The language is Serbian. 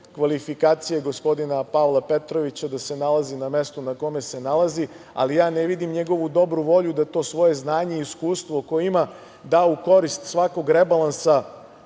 kvalifikacije gospodina Pavla Petrovića da se nalazi na mestu na kome se nalazi, ali ja ne vidim njegovu dobru volju da to svoje znanje i iskustvo koje ima da u korist svakog rebalansa